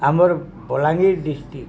ଆମର୍ ବଲାଙ୍ଗୀର ଡିଷ୍ଟ୍ରିକ୍